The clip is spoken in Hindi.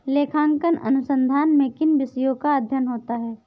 लेखांकन अनुसंधान में किन विषयों का अध्ययन होता है?